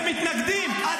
היא אמרה שאכפת לה גם אכפת לה.